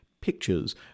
pictures